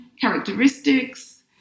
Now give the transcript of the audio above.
characteristics